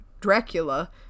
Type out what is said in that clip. Dracula